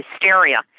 hysteria